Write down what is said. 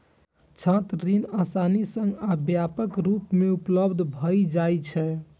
छात्र ऋण आसानी सं आ व्यापक रूप मे उपलब्ध भए जाइ छै